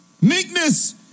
meekness